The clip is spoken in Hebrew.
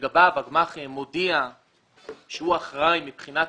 לגביו הגמ"ח מודיע שהוא אחראי מבחינת